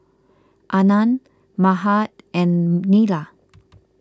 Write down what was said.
Anand Mahade and Neila